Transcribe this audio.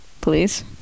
please